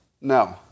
No